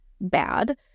bad